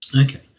Okay